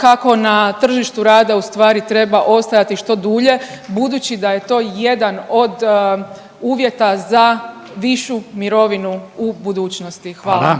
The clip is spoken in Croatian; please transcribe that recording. kako na tržištu rada ustvari treba ostajati što dulje budući da je to jedan od uvjeta za višu mirovinu u budućnosti. Hvala.